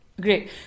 Great